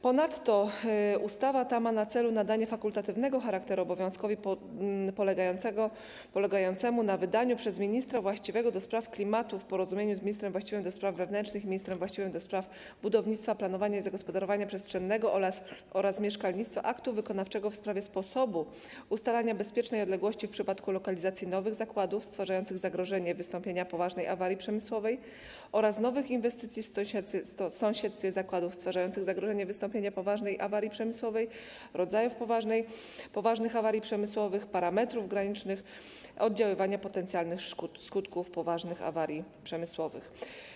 Ponadto ustawa ta ma na celu nadanie fakultatywnego charakteru obowiązkowi polegającemu na wydaniu przez ministra właściwego do spraw klimatu w porozumieniu z ministrem właściwym do spraw wewnętrznych i ministrem właściwym do spraw budownictwa, planowania i zagospodarowania przestrzennego oraz mieszkalnictwa aktu wykonawczego w sprawie: sposobu ustalania bezpiecznej odległości w przypadku lokalizacji nowych zakładów stwarzających zagrożenie wystąpienia poważnej awarii przemysłowej oraz nowych inwestycji w sąsiedztwie zakładów stwarzających zagrożenie wystąpienia poważnej awarii przemysłowej, rodzajów poważnych awarii przemysłowych i parametrów granicznych oddziaływania potencjalnych szkód, skutków poważnych awarii przemysłowych.